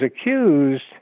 accused